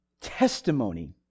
testimony